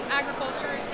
agriculture